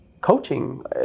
coaching